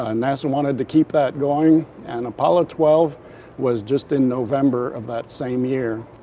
ah nasa wanted to keep that going, and apollo twelve was just in november of that same year.